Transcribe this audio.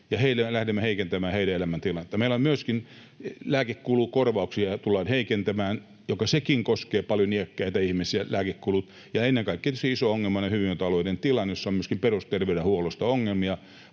me lähdemme heikentämään. Myöskin lääkekulukorvauksia tullaan heikentämään, mikä sekin koskee paljon iäkkäitä ihmisiä, lääkekulut, ja ennen kaikkea tietysti se iso ongelma eli hyvinvointialueiden tilanne, jossa on myöskin perusterveydenhuollossa ongelmia